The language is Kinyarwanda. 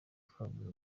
twavuze